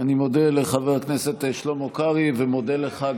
אני מודה לחבר הכנסת שלמה קרעי ומודה לך,